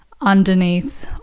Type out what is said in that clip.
underneath